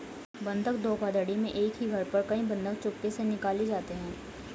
बंधक धोखाधड़ी में एक ही घर पर कई बंधक चुपके से निकाले जाते हैं